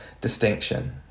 distinction